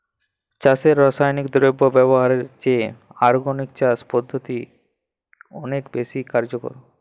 চাষে রাসায়নিক দ্রব্য ব্যবহারের চেয়ে অর্গানিক চাষ পদ্ধতি অনেক বেশি কার্যকর